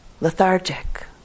Lethargic